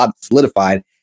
solidified